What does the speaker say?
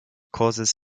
causes